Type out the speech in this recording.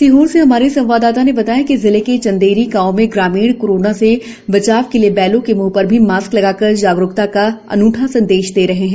सीहोर से हमारे संवाददाता ने बताया है कि जिले के चंदेरी गांव में ग्रामीण कोरोना से बचाव के लिए बैलों के मुंह पर भी मास्क लगाकर जागरुकता का अनूठा सन्देश दे रहे हैं